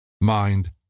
Mind